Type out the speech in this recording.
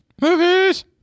movies